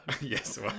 Yes